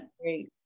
Great